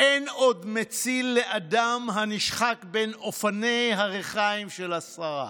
"אין עוד מציל לאדם הנשחק בין אבני הריחיים של השררה"?